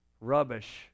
rubbish